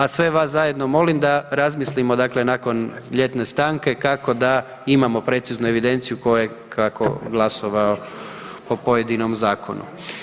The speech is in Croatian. A sve vas zajedno molim da razmislimo dakle nakon ljetne stanke kako da imamo preciznu evidenciju ko je kako glasovao o pojedinom zakonu.